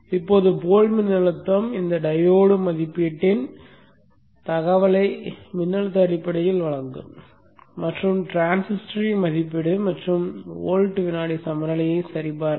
இப்போது போல் மின்னழுத்தம் இந்த டையோடு மதிப்பீட்டின் தகவலை மின்னழுத்த அடிப்படையில் வழங்கும் மற்றும் டிரான்சிஸ்டரின் மதிப்பீடு மற்றும் வோல்ட் வினாடி சமநிலையை சரிபார்க்க